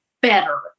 better